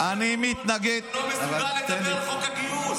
אתה לא מסוגל לדבר על חוק הגיוס.